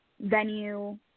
venue